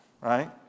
right